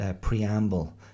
preamble